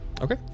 Okay